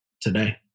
today